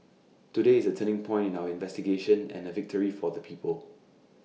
today is A turning point in our investigation and A victory for the people